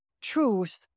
truth